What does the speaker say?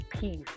peace